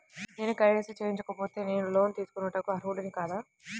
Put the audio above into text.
నేను కే.వై.సి చేయించుకోకపోతే నేను లోన్ తీసుకొనుటకు అర్హుడని కాదా?